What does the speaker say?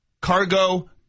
Cargo